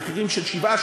במחירים של 7,